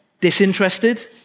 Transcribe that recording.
disinterested